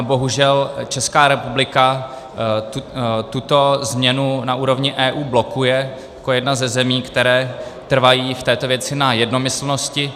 Bohužel Česká republika tuto změnu na úrovni EU blokuje jako jedna ze zemí, které trvají v této věci na jednomyslnosti.